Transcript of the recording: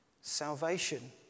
Salvation